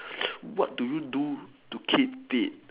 what do you do to keep fit